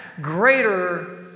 greater